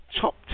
Top